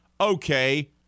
Okay